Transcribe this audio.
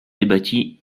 débattit